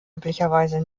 üblicherweise